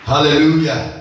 Hallelujah